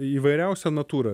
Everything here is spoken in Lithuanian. įvairiausia natūra